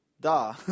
duh